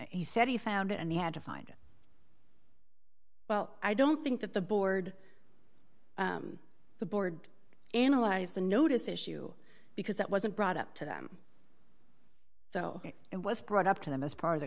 he said he found it and they had to find it well i don't think that the board the board analyzed the notice issue because that wasn't brought up to them so it was brought up to them as part of the